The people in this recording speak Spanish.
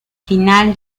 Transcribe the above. final